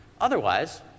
Otherwise